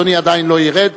אדוני עדיין לא ירד.